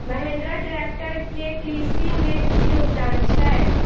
Mahindra tractor केँ कृषि मे की योगदान छै?